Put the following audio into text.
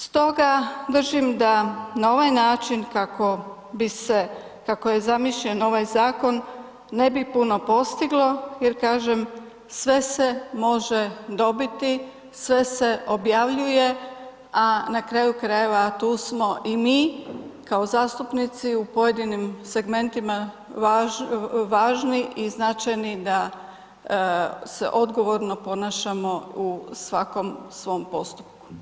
Stoga držim da na ovaj način kako bi se, kako je zamišljen ovaj zakon, ne bi puno postiglo jer kažem sve se može dobiti, sve se objavljuje, a na kraju krajeva tu smo i mi kao zastupnici u pojedinim segmentima važni i značajni da se odgovorno ponašamo u svakom svom postupku.